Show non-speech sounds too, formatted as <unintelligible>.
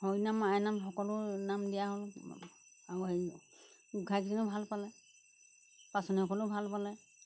হৰি নাম আইনাম সকলো নাম দিয়া হ'ল আৰু হেৰি <unintelligible> খিনিও ভাল পালে পাচনীসকলেও ভাল পালে